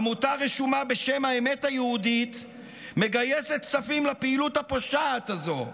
עמותה רשומה בשם האמת היהודית מגייסת כספים לפעילות הפושעת הזו.